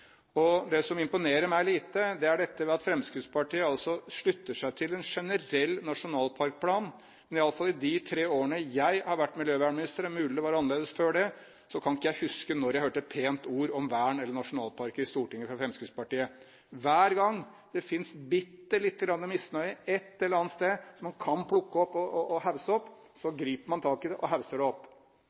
Det som imponerer meg lite, er at Fremskrittspartiet altså slutter seg til en generell nasjonalparkplan. Men iallfall i de tre årene jeg har vært miljøvernminister – det er mulig det var annerledes før det – kan jeg ikke huske at jeg har hørt et pent ord om vern eller nasjonalparker i Stortinget fra Fremskrittspartiet. Hver gang det finnes bitte lite grann misnøye ett eller annet sted som man kan plukke opp, griper man tak i det og hauser det opp, istedenfor å stå fast ved det man har vært med på. Men det